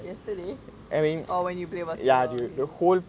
yesterday oh when you play basketball okay